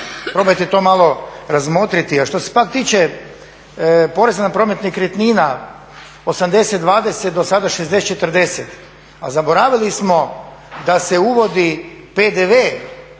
Probajte te to malo razmotriti. A što se pak tiče poreza na promet nekretnina 80:20 do sada 60:40, a zaboravili smo da se uvodi PDV